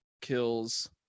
kills –